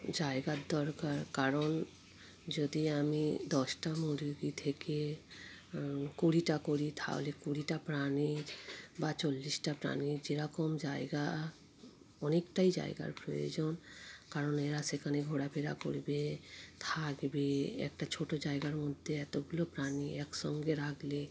জায়গার দরকার কারণ যদি আমি দশটা মুরগি থেকে কুড়িটা করি তাহলে কুড়িটা প্রাণীর বা চল্লিশটা প্রাণীর যেরকম জায়গা অনেকটাই জায়গার প্রয়োজন কারণ এরা সেখানে ঘোরাফেরা করবে থাকবে একটা ছোট জায়গার মধ্যে এতগুলো প্রাণী একসঙ্গে রাখলে